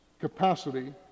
capacity